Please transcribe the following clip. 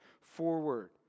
forward